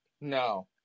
No